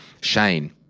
Shane